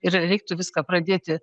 ir reiktų viską pradėti